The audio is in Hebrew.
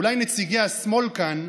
אולי נציגי השמאל כאן,